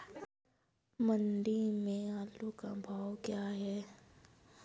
मंडी में आलू का भाव क्या है?